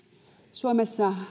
suomessa